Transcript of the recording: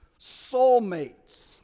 soulmates